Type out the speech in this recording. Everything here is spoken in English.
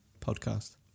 podcast